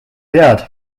tead